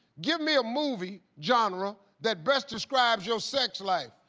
give me a movie genre that best describes your sex life.